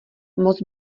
moc